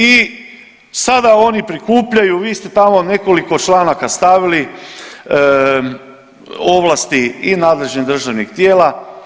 I sada oni prikupljaju, vi ste tamo nekoliko članaka stavili, ovlasti i nadležnih državnih tijela.